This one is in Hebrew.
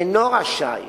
אינו רשאי